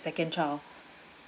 second child